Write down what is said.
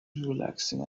relaxing